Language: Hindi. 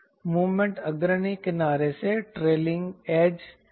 मूवमेंट अग्रणी किनारे से ट्रेलिंग एज तक है